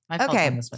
Okay